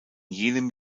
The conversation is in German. jenem